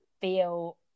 feel